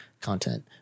content